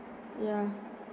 ya